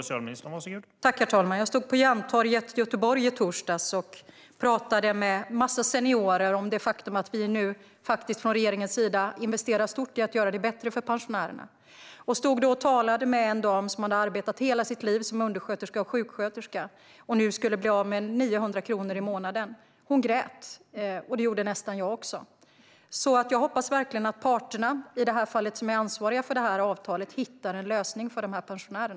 Herr talman! Jag stod på Järntorget i Göteborg i torsdags och pratade med massor av seniorer om det faktum att vi nu från regeringens sida investerar stort i att göra det bättre för pensionärerna. Jag talade då med en dam som hade arbetat hela sitt liv som undersköterska och sjuksköterska och nu skulle bli av med 900 kronor i månaden. Hon grät, och det gjorde nästan jag också. Jag hoppas verkligen att parterna som är ansvariga för det här avtalet hittar en lösning för dessa pensionärer.